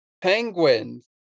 Penguins